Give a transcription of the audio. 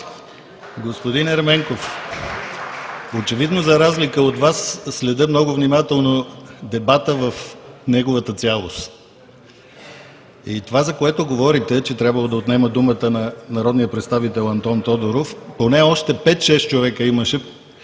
Господин Ерменков, очевидно, за разлика от Вас, следя много внимателно дебата в неговата цялост. Това, за което говорите, че трябвало да отнема думата на народния представител Антон Тодоров, поне още пет-шест човека имаше,